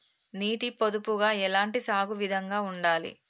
నీటి పొదుపుగా ఎలాంటి సాగు విధంగా ఉండాలి?